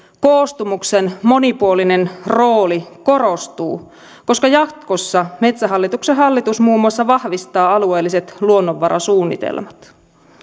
koostumuksen monipuolinen rooli korostuu koska jatkossa metsähallituksen hallitus muun muassa vahvistaa alueelliset luonnonvarasuunnitelmat